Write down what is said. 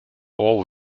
all